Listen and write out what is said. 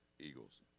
eagles